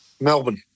Melbourne